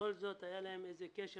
שבכל זאת היה להם איזה קשר